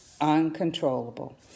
uncontrollable